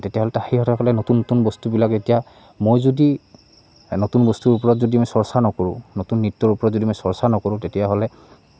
তেতিয়াহ'লে সিহঁতৰসকলে নতুন নতুন বস্তুবিলাক এতিয়া মই যদি নতুন বস্তুৰ ওপৰত যদি মই চৰ্চা নকৰোঁ নতুন নৃত্যৰ ওপৰত যদি মই চৰ্চা নকৰোঁ তেতিয়াহ'লে